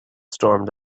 stormed